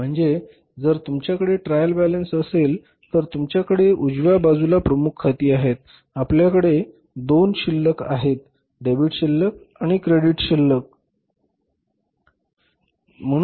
म्हणजे जर तुमच्याकडे ट्रायल बॅलन्स असेल तर तुमच्याकडे उजव्या बाजूला प्रमुख खाती आहेत आपल्याकडे दोन शिल्लक आहेत डेबिट शिल्लक आणि क्रेडिट शिल्लक बरोबर